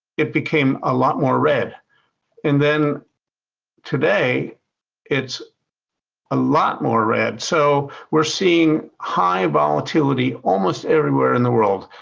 it became a lot more red and then today it's a lot more red. so we're seeing high volatility almost everywhere in the world.